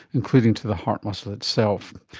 including to the heart muscle itself.